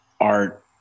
art